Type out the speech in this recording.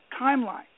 timeline